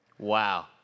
wow